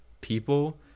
people